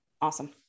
Awesome